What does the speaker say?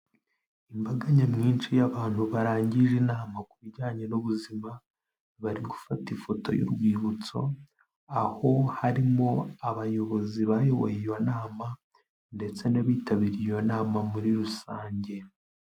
Imbaga nyamwinshi y'abantu barangije inama ku bijyanye n'ubuzima, bari gufata ifoto y'urwibutso, aho harimo abayobozi bayoboye iyo nama, ndetse n'abitabiriye iyo nama muri rusange.